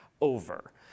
over